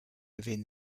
within